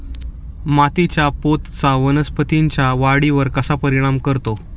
मातीच्या पोतचा वनस्पतींच्या वाढीवर कसा परिणाम करतो?